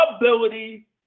ability